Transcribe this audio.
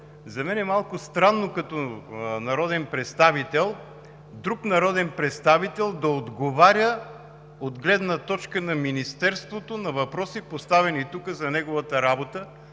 за мен е малко странно като народен представител, друг народен представител да отговаря от гледна точка на Министерството на въпроси, поставени тук, за неговата работа,